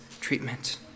treatment